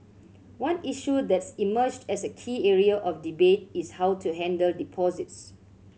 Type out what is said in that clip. one issue that's emerged as a key area of debate is how to handle deposits